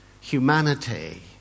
humanity